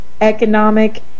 economic